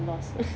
I'm lost